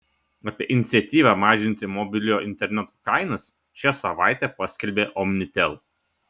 apie iniciatyvą mažinti mobiliojo interneto kainas šią savaitę paskelbė omnitel